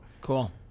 Cool